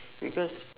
because